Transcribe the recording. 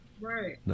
Right